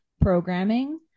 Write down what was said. programming